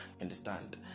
understand